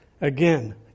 Again